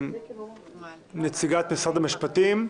התש"ף-2020 (מ/1335)